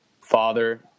Father